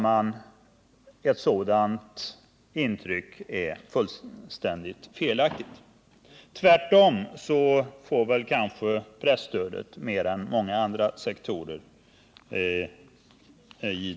Men ett sådant intryck är, herr talman, fullständigt felaktigt. Tvärtom får presstödet i den aktuella propositionen mer än många andra sektorer.